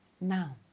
Now